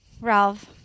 Ralph